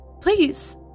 Please